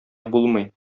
булмый